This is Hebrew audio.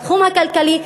בתחום הכלכלי,